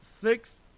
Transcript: six